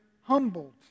humbled